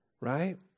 Right